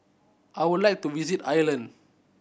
I would like to visit Ireland